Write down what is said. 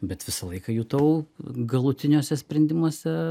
bet visą laiką jutau galutiniuose sprendimuose